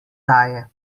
daje